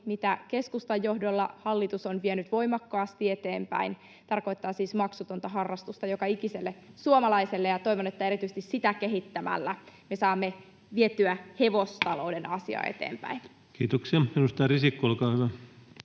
mitä keskustan johdolla hallitus on vienyt voimakkaasti eteenpäin — tarkoittaa siis maksutonta harrastusta joka ikiselle suomalaislapselle — ja toivon, että erityisesti sitä kehittämällä me saamme vietyä hevosta-louden asiaa